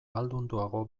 ahaldunduago